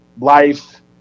life